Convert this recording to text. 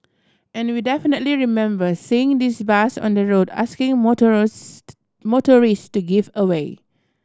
and we definitely remember seeing this bus on the road asking motorist to give way